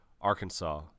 Arkansas